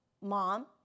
mom